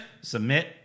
Submit